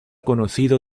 conocido